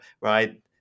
right